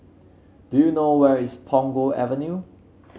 do you know where is Punggol Avenue